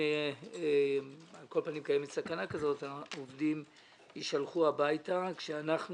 על כל פנים קיימת סכנה שעובדים יישלחו הביתה כשאנחנו